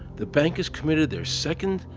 the bankers commited their second,